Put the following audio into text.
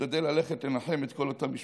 נשתדל ללכת לנחם את כל אותן משפחות.